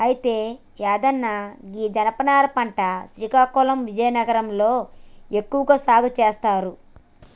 అయితే యాదన్న గీ జనపనార పంట శ్రీకాకుళం విజయనగరం లో ఎక్కువగా సాగు సేస్తారు